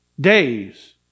days